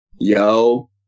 Yo